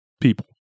people